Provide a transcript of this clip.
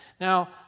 Now